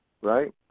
right